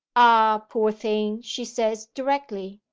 ah, poor thing! she says directly.